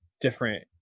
different